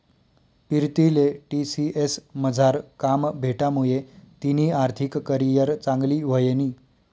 पीरतीले टी.सी.एस मझार काम भेटामुये तिनी आर्थिक करीयर चांगली व्हयनी